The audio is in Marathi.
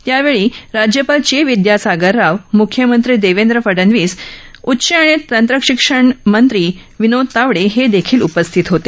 यावेळी राज्यपाल चे विद्यासागरराव मुख्यमंत्री देवेंद्र फडनवीस उच्च आणि तंत्रशिक्षणमंत्री विनोद तावडे हे देखील उपस्थित होते